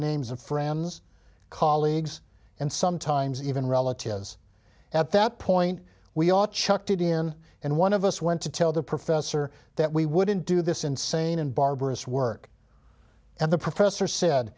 names of friends colleagues and sometimes even relatives at that point we ought chucked it in and one of us went to tell the professor that we wouldn't do this insane and barbarous work and the professor said